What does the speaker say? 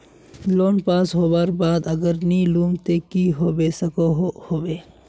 Loan pass होबार बाद अगर नी लुम ते की होबे सकोहो होबे?